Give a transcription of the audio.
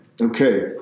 Okay